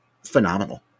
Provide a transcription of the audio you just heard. Phenomenal